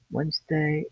Wednesday